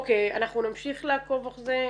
נמשיך לעקוב על זה,